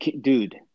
dude